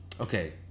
Okay